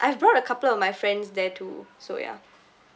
I've brought a couple of my friends there too so yeah